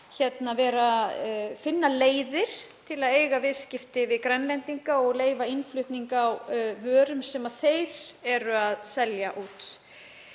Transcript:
þurfum að finna leiðir til að eiga viðskipti við Grænlendinga og leyfa innflutning á vörum sem þeir eru að selja út.